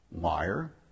Liar